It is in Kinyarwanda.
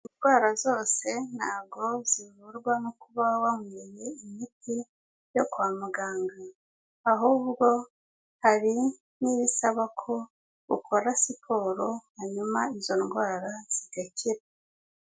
Indwara zose ntago zivurwa no kuba wanyweye imiti yo kwa muganga, ahubwo hari n'ibisaba ko ukora siporo hanyuma izo ndwara zigakira.